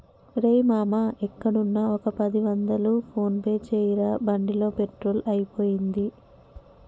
రేయ్ మామా ఎక్కడున్నా ఒక పది వందలు ఫోన్ పే చేయరా బండిలో పెట్రోల్ అయిపోయింది